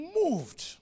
moved